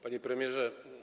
Panie Premierze!